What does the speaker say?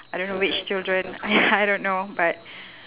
I don't know which children !hais! I don't know but